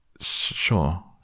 Sure